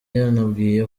yanambwiye